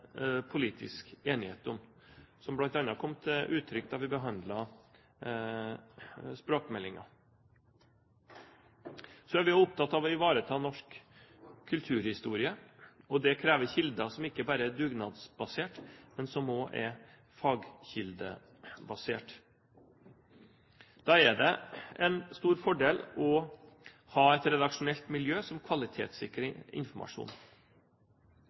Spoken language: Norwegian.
politisk enighet om, som bl.a. kom til uttrykk da vi behandlet språkmeldingen. Så er vi også opptatt av å ivareta norsk kulturhistorie. Det krever kilder som ikke bare er dugnadsbasert, men som også er fagkildebasert. Da er det en stor fordel å ha et redaksjonelt miljø som